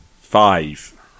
Five